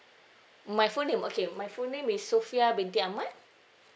my full name okay my full name is sophia binti ahmad